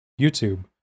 YouTube